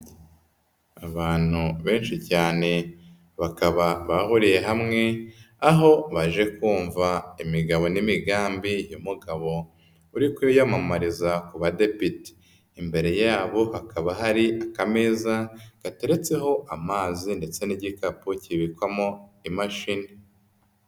Abantu benshi cyane bakaba bahuriye hamwe, aho baje kumva imigabo n'imigambi ya mugabo uri kwiyamamariza ku badepite, imbere yabo hakaba harimeza ateretseho amazi ndetse n'igikapu kibikwamo imashini.